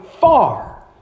far